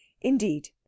Indeed